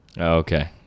Okay